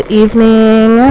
evening